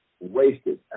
Wasted